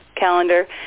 calendar